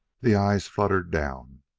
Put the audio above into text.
the eyes fluttered down,